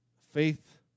faith